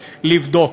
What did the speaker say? לבדוק.